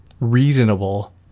reasonable